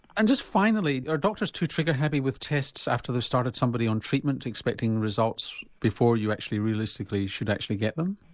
and just finally are doctors too trigger happy with tests after they've started somebody on treatment expecting results before you actually realistically should actually get them?